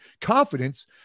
confidence